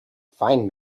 find